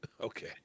Okay